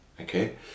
okay